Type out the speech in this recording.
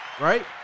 Right